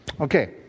Okay